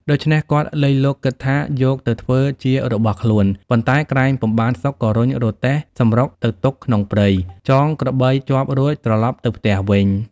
ដូច្នេះគាត់លៃលកគិតថាយកទៅធ្វើជារបស់ខ្លួនប៉ុន្តែក្រែងពុំបានសុខក៏រុញរទេះសំរុកទៅទុកក្នុងព្រៃ ចងក្របីជាប់រួចត្រឡប់ទៅផ្ទះវិញ ។